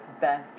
best